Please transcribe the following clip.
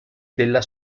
della